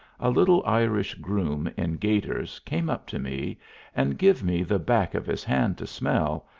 a little irish groom in gaiters came up to me and give me the back of his hand to smell,